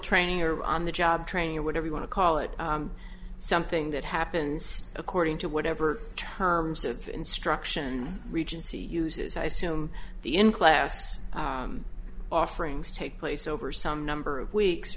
training or on the job training or whatever you want to call it something that happens according to whatever terms of instruction regency uses i assume the in class offerings take place over some number of weeks